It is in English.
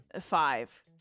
five